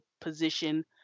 position